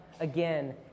again